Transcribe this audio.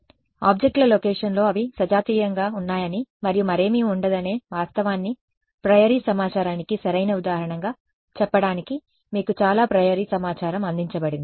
కాబట్టి ఆబ్జెక్ట్ల లొకేషన్లో అవి సజాతీయంగా ఉన్నాయని మరియు మరేమీ ఉండదనే వాస్తవాన్ని ప్రయోరి సమాచారానికి సరైన ఉదాహరణగా చెప్పడానికి మీకు చాలా ప్రియోరి సమాచారం అందించబడింది